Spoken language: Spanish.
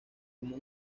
como